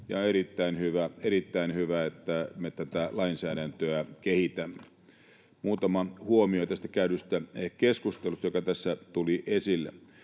erittäin hyvä, että me tätä lainsäädäntöä kehitämme. Muutama huomio tästä käydystä keskustelusta, joka tässä tuli esille.